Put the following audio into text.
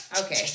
Okay